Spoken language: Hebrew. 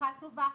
מתמחה טובה.